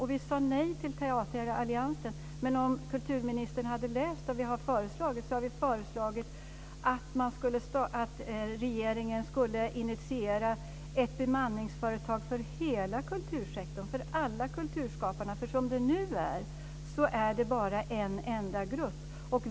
Vi sade nej till Teateralliansen. Men om kulturministern hade läst vad vi har föreslagit är det att regeringen ska initiera ett bemanningsföretag för hela kultursektorn, för alla kulturskapare. Som det nu är gäller det bara en enda grupp.